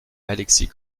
alexis